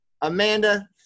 amanda